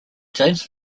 james